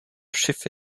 schiffe